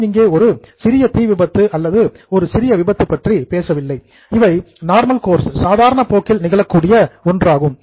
நான் இங்கே ஒரு சிறிய தீ விபத்து அல்லது ஒரு சிறிய விபத்து பற்றி பேசவில்லை இவை நார்மல் கோர்ஸ் சாதாரண போக்கில் நிகழக் கூடிய ஒன்றாகும்